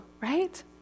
right